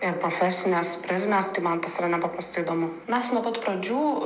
ir profesinės prizmės tai man tas yra nepaprastai įdomu mes nuo pat pradžių